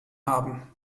haben